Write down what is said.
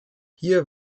hier